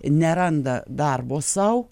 neranda darbo sau